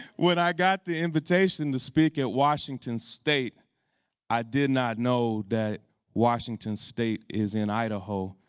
when i got the invitation to speak at washington state i did not know that washington state is in idaho.